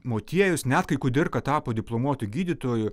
motiejus net kai kudirka tapo diplomuotu gydytoju